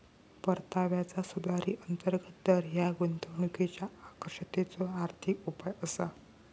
परताव्याचा सुधारित अंतर्गत दर ह्या गुंतवणुकीच्यो आकर्षकतेचो आर्थिक उपाय असा